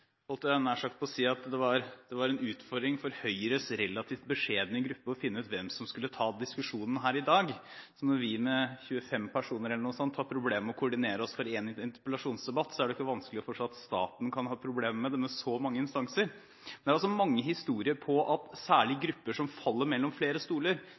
jeg nær sagt at det var en utfordring for Høyres relativt beskjedne gruppe å finne ut hvem som skulle ta diskusjonen her i dag. Når vi med 30 personer har problemer med å koordinere oss for én interpellasjonsdebatt, er det ikke vanskelig å forstå at staten kan ha problemer med det med så mange instanser. Det er også mange historier om at særlig grupper som faller mellom flere stoler